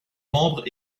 membre